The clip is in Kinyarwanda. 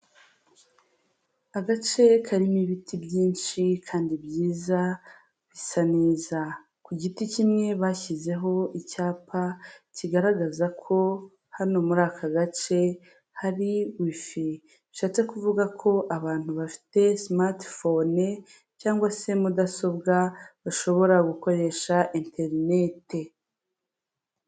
Agace karimo ibiti byinshi kandi byiza, bisa neza. Ku giti kimwe bashyizeho icyapa kigaragaza ko hano muri aka gace hari wifi. Bishatse kuvuga ko abantu bafite simatifone cyangwa se mudasobwa bashobora gukoresha enterinete.